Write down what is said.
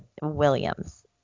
Williams